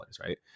right